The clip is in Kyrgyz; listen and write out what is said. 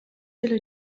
эле